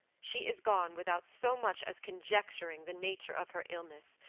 she is gone without so much as conjecturing the nature of her illness,